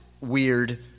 weird